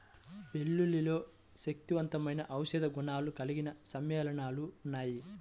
వెల్లుల్లిలో శక్తివంతమైన ఔషధ గుణాలు కలిగిన సమ్మేళనాలు ఉన్నాయి